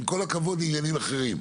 עם כל הכבוד לעניינים אחרים.